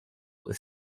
with